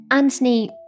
Anthony